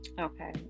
Okay